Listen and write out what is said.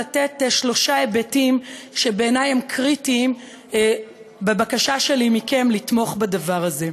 לתת שלושה היבטים שבעיני הם קריטיים בבקשה שלי מכם לתמוך בדבר הזה.